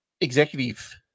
executive